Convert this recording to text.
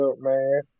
man